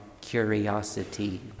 curiosity